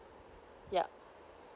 yup